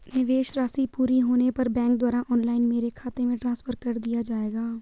निवेश राशि पूरी होने पर बैंक द्वारा ऑनलाइन मेरे खाते में ट्रांसफर कर दिया जाएगा?